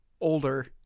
older